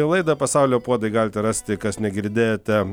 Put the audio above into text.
laidą pasaulio puodai galite rasti kas negirdėjote